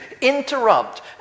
interrupt